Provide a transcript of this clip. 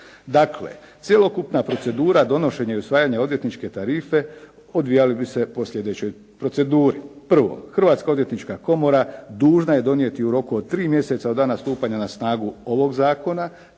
Dakle, cjelokupna procedura donošenja i usvajanja odvjetničke tarife odvijale bi se po sljedećoj proceduri. Prvo, Hrvatska odvjetnička komora dužna je donijeti u roku od tri mjeseca od dana stupanja na snagu ovog zakona